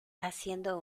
haciendo